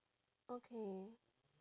okay